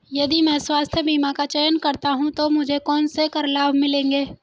यदि मैं स्वास्थ्य बीमा का चयन करता हूँ तो मुझे कौन से कर लाभ मिलेंगे?